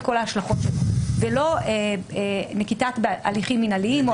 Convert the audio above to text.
כל ההשלכות שבו ולא נקיטת הליכים מינהליים.